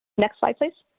next slide please.